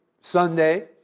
Sunday